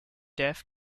deaf